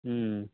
ம்